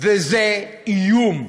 וזה איום,